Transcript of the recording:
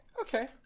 Okay